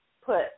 put